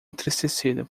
entristecido